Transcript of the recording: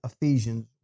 Ephesians